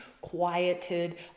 quieted